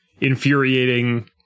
infuriating